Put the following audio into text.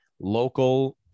local